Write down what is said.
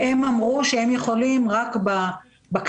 והם אמרו שהם יכולים לעסוק רק בקנסות,